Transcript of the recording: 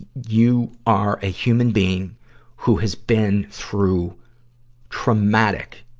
you are a human being who has been through traumatic